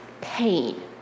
pain